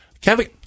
Kevin